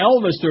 Elvis